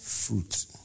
Fruit